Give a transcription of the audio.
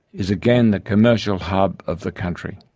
is again the commercial hub of the country.